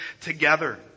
together